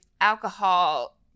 alcohol